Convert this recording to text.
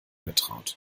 getraut